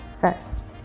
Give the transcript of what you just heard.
first